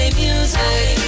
music